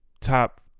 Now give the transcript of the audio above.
top